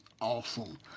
awesome